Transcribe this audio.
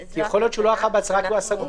יכול להיות שהוא לא אחז בהצהרה כי היה סגור.